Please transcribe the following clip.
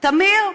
טמיר,